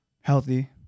healthy